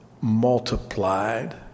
multiplied